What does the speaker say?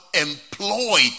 employed